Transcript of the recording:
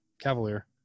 Cavalier